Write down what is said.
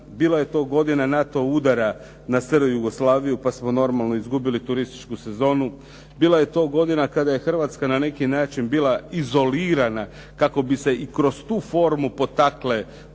Bila je to godina NATO udara na SR Jugoslaviju pa smo normalno izgubili turističku sezonu. Bila je to godina kada je Hrvatska na neki način bila izolirana kako bi se i kroz tu formu potakle